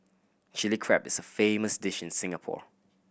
Chilli Crab is a famous dish in Singapore